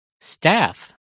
staff